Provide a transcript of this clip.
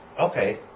Okay